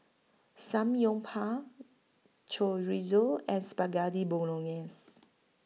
Samgyeopsal Chorizo and Spaghetti Bolognese